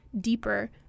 deeper